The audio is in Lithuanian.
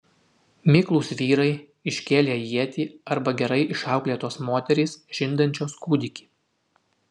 miklūs vyrai iškėlę ietį arba gerai išauklėtos moterys žindančios kūdikį